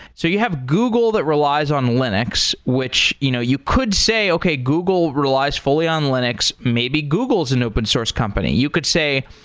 so you have google that relies on linux, which you know you could say, okay, google relies fully on linux. maybe google is in open source company. you could say,